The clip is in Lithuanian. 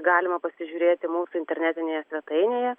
galima pasižiūrėti mūsų internetinėje svetainėje